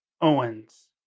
Owens